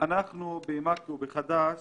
לנו, בחד"ש,